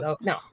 No